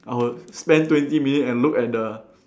I will spend twenty minute and look at the